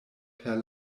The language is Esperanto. per